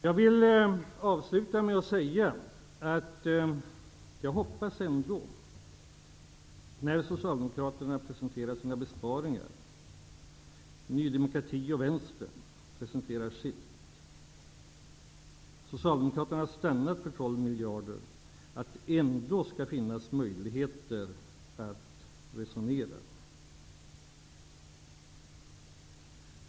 Jag vill avsluta med att säga att jag hoppas att när Socialdemokraterna presenterar sina besparingar och om de stannar på 12 miljarder, och när Ny demokrati och Vänstern presenterar sina förslag, skall det ändå finnas möjligheter att resonera.